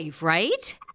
right